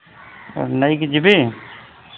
ନେଇକି ଯିବି